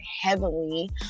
heavily